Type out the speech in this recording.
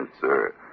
sir